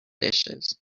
dishes